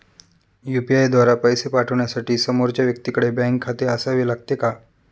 UPI द्वारा पैसे पाठवण्यासाठी समोरच्या व्यक्तीकडे बँक खाते असावे लागते का?